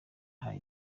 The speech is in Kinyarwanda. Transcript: hari